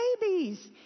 babies